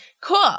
Cool